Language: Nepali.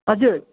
हजुर